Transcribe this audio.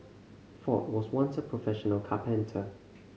ford was once a professional carpenter